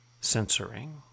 censoring